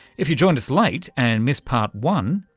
if you joined us late and missed part one,